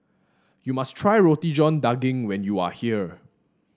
you must try Roti John Daging when you are here